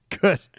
good